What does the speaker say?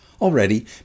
Already